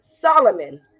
Solomon